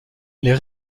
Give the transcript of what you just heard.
les